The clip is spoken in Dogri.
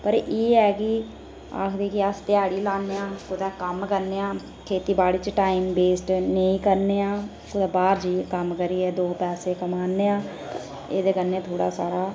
पर एह् ऐ कि आखदे कि अस ध्याड़ी लान्ने आं अस कुतै कम्म करने आं खेतीबाड़ी च टाइम वेस्ट नेईं करने आं कुतै बाहर जाइयै कम्म करियै पैसे दो कमाने आं एहदे कन्नै थोह्ड़ा साढ़ा